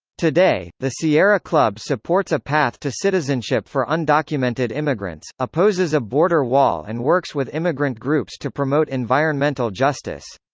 today, the sierra club supports a path to citizenship for undocumented immigrants, opposes a border wall and works with immigrant groups to promote environmental justice.